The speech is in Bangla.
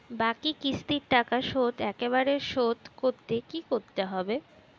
বাকি কিস্তির টাকা শোধ একবারে শোধ করতে কি করতে হবে?